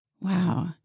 Wow